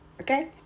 okay